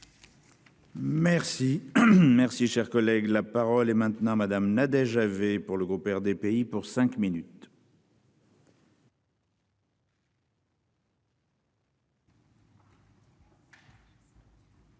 Merci, merci, cher collègue, la parole est maintenant madame Nadège avait pour le groupe RDPI pour cinq minutes.